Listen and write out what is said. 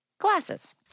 GLASSES